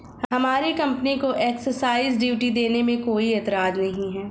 हमारी कंपनी को excise duty देने में कोई एतराज नहीं है